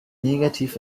negativ